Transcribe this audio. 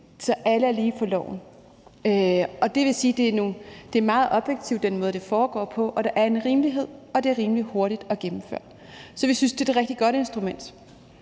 så alle er lige for loven, og det vil sige, at den måde, det foregår på, er meget objektiv, og der er en rimelighed, og det er rimelig hurtigt at gennemføre. Så vi synes, det er et rigtig godt instrument.